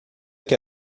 que